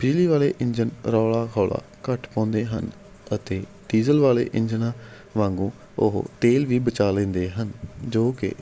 ਬਿਜਲੀ ਵਾਲੇ ਇੰਜਨ ਰੌਲਾ ਖੋਲਾ ਥੋੜ੍ਹਾ ਘੱਟ ਪਾਉਂਦੇ ਹਨ ਅਤੇ ਡੀਜ਼ਲ ਵਾਲੇ ਇੰਜਨਾਂ ਵਾਂਗੂੰ ਉਹ ਤੇਲ ਵੀ ਬਚਾ ਲੈਂਦੇ ਹਨ ਜੋ ਕਿ